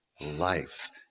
life